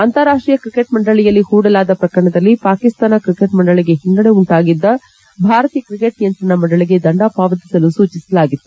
ಅಂತಾರಾಷ್ಷೀಯ ಕ್ರಿಕೆಟ್ ಮಂಡಳಿಯಲ್ಲಿ ಹೂಡಲಾದ ಪ್ರಕರಣದಲ್ಲಿ ಪಾಕಿಸ್ತಾನ ಕ್ರಿಕೆಟ್ ಮಂಡಳಿಗೆ ಹಿನ್ನಡೆ ಉಂಟಾಗಿದ್ದ ಭಾರತೀಯ ಕ್ರಿಕೆಟ್ ನಿಯಂತ್ರಣ ಮಂಡಳಿಗೆ ದಂಡ ಪಾವತಿಸಲು ಸೂಚಿಸಲಾಗಿತ್ತು